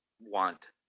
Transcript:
want